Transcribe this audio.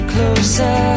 Closer